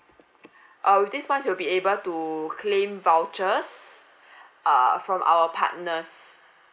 uh with this points you will be able to claim vouchers err from our partners